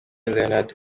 leonard